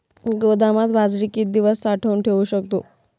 गोदामात बाजरी किती दिवस साठवून ठेवू शकतो?